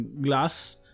glass